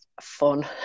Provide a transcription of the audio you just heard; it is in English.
fun